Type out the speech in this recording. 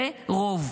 זה רוב.